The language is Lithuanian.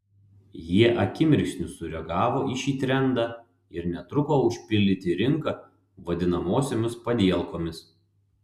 jie akimirksniu sureagavo į šį trendą ir netruko užpildyti rinką vadinamosiomis padielkomis